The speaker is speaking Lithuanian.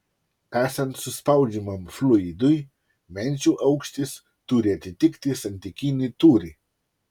esant suspaudžiamam fluidui menčių aukštis turi atitikti santykinį tūrį